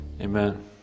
amen